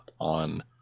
on